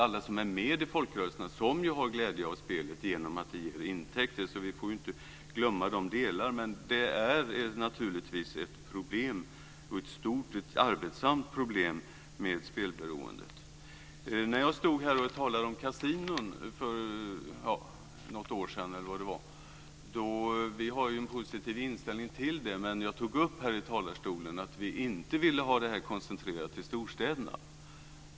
Alla som är med i folkrörelserna har också glädje av spel genom att det ger intäkter. Vi får inte glömma de delarna. Men det är naturligtvis ett arbetsamt problem med spelberoendet. Jag stod här och talade om kasinon för något år sedan, eller var det var. Vi har en positiv inställning till dem. Jag tog då upp i talarstolen att vi inte ville ha dem koncentrerade till storstäderna.